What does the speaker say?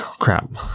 crap